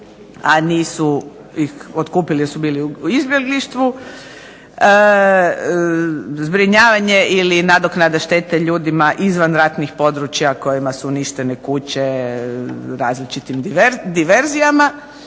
a nisu ih otkupili jer su bili u izbjeglištvu, zbrinjavanja ili nadoknade štete ljudima izvan ratnih područja kojima su uništene kuće različitim diverzijama